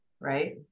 Right